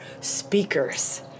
speakers